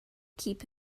keep